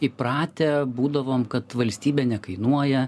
įpratę būdavom kad valstybė nekainuoja